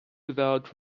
without